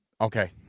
Okay